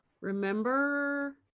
Remember